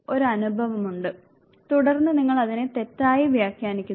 ഒരു അനുഭവവുമുണ്ട് തുടർന്ന് നിങ്ങൾ അതിനെ തെറ്റായി വ്യാഖ്യാനിക്കുന്നു